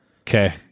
Okay